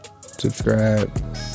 subscribe